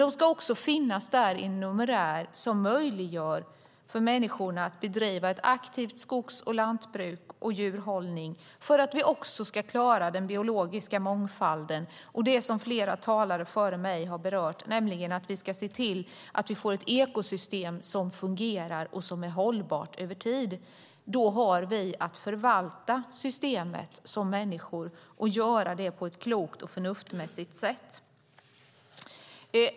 De ska också finnas i en numerär som möjliggör för människor att bedriva ett aktivt skogs och lantbruk med djurhållning, för att vi också ska klara den biologiska mångfalden och det som flera talare före mig har berört, nämligen att vi får ett ekosystem som fungerar och som är hållbart över tid. Då har vi att förvalta systemet som människor och att göra det på ett klokt och förnuftsmässigt sätt.